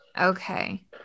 Okay